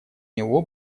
него